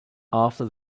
after